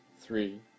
three